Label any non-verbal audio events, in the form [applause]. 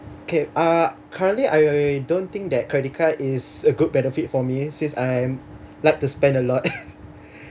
okay uh currently I don't think that credit card is a good benefit for me since I like to spend a lot [laughs]